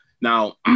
Now